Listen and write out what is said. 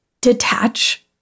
detach